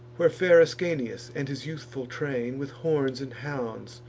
where fair ascanius and his youthful train, with horns and hounds,